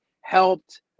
helped